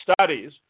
studies